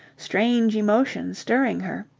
strange emotions stirring her.